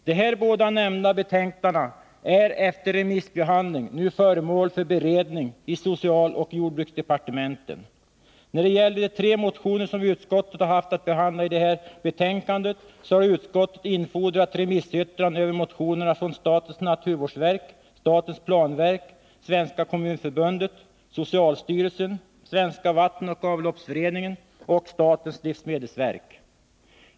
De här båda nämnda betänkandena är efter remissbehandling nu föremål för beredning i socialoch jordbruksdepartementen. När det gäller de tre motioner som utskottet har haft att behandla i det här betänkandet, har utskottet infordrat remissyttranden från statens naturvårdsverk, statens planverk, Svenska kommunförbundet, socialstyrelsen, Svenska vattenoch avloppsföreningen och statens livsmedelsverk.